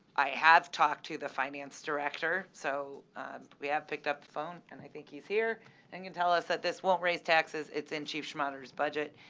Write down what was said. i have talked to the finance director, so we have picked up the phone, and i think he's here and can tell us that this won't raise taxes. it's in chief schmaderer's budget.